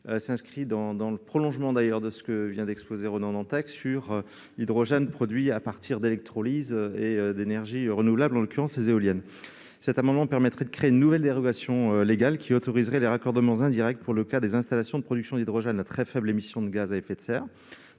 s'inscrit dans le prolongement de ce que vient d'exposer Ronan Dantec sur l'hydrogène produit à partir d'électrolyse et d'énergies renouvelables, en l'occurrence des éoliennes. Cet amendement vise à créer une nouvelle dérogation légale pour autoriser les raccordements indirects d'installations de production d'hydrogène à très faibles émissions de gaz à effet de serre,